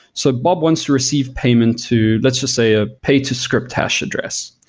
so bob wants to receive payment to let's just say a pay to script hash address.